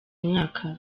mwaka